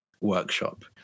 workshop